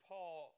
Paul